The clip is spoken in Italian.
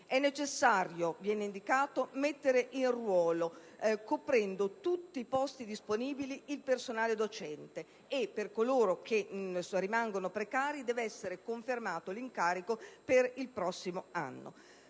indicato - mettere in ruolo, coprendo tutti i posti disponibili, il personale docente e, per coloro che rimangono precari, deve essere confermato l'incarico per il prossimo anno.